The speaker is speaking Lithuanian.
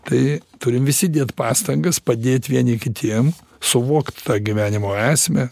tai turim visi dėt pastangas padėt vieni kitiem suvokt tą gyvenimo esmę